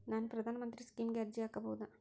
ನಾನು ಪ್ರಧಾನ ಮಂತ್ರಿ ಸ್ಕೇಮಿಗೆ ಅರ್ಜಿ ಹಾಕಬಹುದಾ?